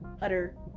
utter